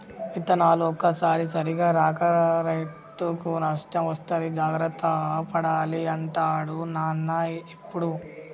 విత్తనాలు ఒక్కోసారి సరిగా రాక రైతుకు నష్టం వస్తది జాగ్రత్త పడాలి అంటాడు నాన్న ఎప్పుడు